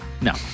No